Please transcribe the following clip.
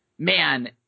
Man